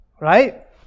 Right